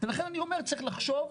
לכן אני אומר צריך לחשוב.